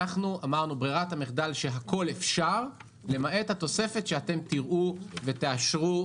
אנחנו אמרנו שברירת המחדל שהכול אפשר למעט התוספת שאתם תראו ותאשרו.